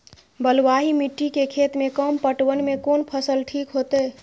बलवाही मिट्टी के खेत में कम पटवन में कोन फसल ठीक होते?